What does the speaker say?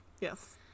Yes